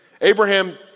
Abraham